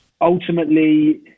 ultimately